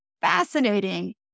fascinating